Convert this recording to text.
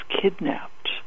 kidnapped